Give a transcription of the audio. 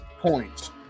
points